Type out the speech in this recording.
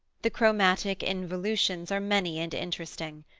the chromatic involutions are many and interesting.